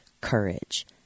Courage